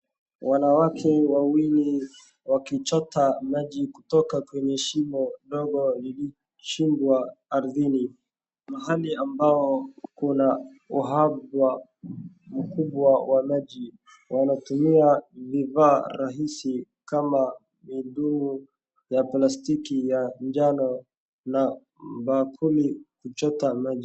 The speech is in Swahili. Wanawake wawili wakichota maji kutoka kwenye shimo dogo lililochimbwa ardhini. Mahali ambao kuna uhaba mkubwa wa maji wanatumia vifaa rahisi kama mitungi ya plastiki ya njano na bakuli kuchota maji.